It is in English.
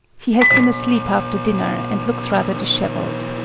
he has been asleep after dinner and looks rather dishevelled.